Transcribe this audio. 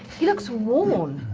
he looks worn.